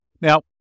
Now